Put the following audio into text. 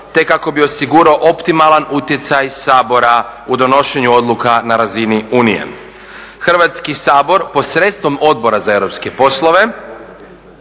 te kako bi osigurao optimalan utjecaj Sabora u donošenju odluka na razini Unije. Hrvatski sabor posredstvom Odbora za europske poslove